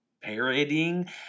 parodying